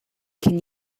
can